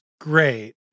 great